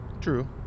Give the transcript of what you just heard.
True